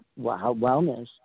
wellness